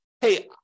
hey